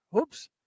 Oops